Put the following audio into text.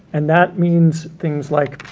and that means things like,